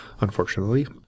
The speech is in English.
unfortunately